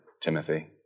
Timothy